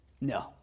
No